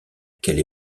qu’elle